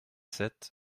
sept